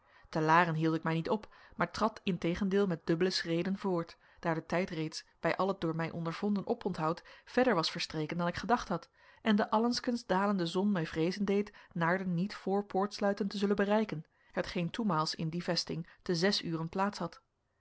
te laren hield ik mij niet op maar trad integendeel met dubbele schreden voort daar de tijd reeds bij al het door mij ondervonden oponthoud verder was verstreken dan ik gedacht had en de allengskens dalende zon mij vreezen deed naarden niet voor poortsluiten te zullen bereiken hetgeen toenmaals in die vesting te zes uren plaats had